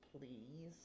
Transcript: please